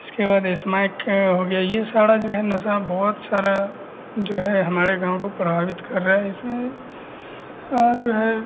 इसके बाद इस्मैक हो गया ये सारे जो है नशे बहुत सारे जो हैं हमारे गाँव को प्रभावित कर रहे हैं इसमें जो है